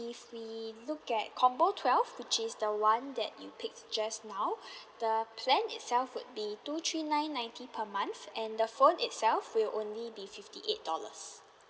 if we look at combo twelve which is the one that you picked just now the plan itself would be two three nine ninety per month and the phone itself will only be fifty eight dollars